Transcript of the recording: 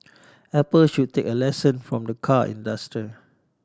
apple should take a lesson from the car industry